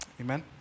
Amen